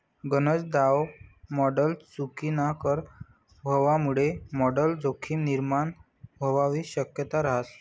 गनज दाव मॉडल चुकीनाकर व्हवामुये मॉडल जोखीम निर्माण व्हवानी शक्यता रहास